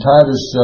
Titus